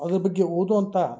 ಅದ್ರ ಬಗ್ಗೆ ಓದುವಂಥ